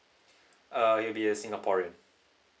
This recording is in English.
uh will be a singaporean